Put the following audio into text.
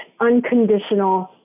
unconditional